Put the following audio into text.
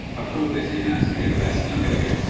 i've called this the anatomy of a lesson i'm going to get.